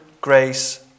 grace